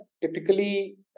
typically